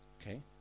Okay